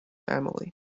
family